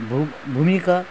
भूम् भूमिका